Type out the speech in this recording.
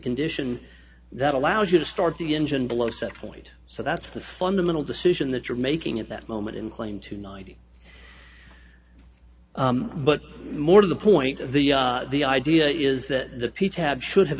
condition that allows you to start the engine below setpoint so that's the fundamental decision that you're making at that moment in claim to ninety but more to the point the the idea is that the piece had should have